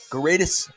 greatest